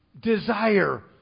desire